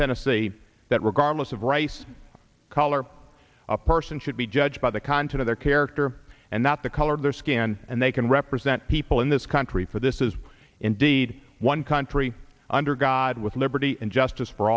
tennessee that regardless of race color a person should be judged by the content of their character and not the color of their skin and they can represent people in this country for this is indeed one country under god with liberty and justice for